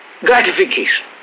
gratification